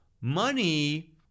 Money